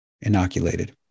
inoculated